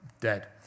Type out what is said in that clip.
dead